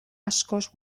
askoz